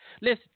Listen